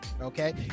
okay